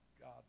God